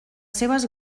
seves